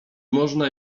można